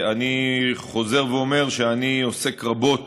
אני חוזר ואומר שאני עוסק רבות